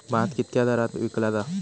भात कित्क्या दरात विकला जा?